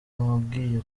wabwiwe